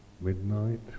midnight